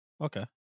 Okay